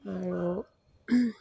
আৰু